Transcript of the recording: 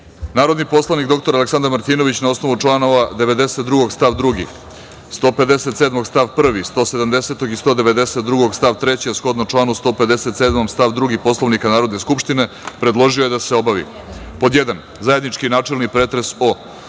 predlog. Narodni poslanik dr Aleksandar Martinović, na osnovu članova 92. stav 2, 157. stav 1, 170. i 192. stav 3, a shodno članu 157. stav 2. Poslovnika Narodne skupštine, predložio je da se obavi:Zajednički načelni pretres o